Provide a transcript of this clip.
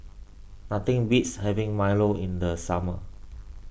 nothing beats having Milo in the summer